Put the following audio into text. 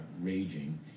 raging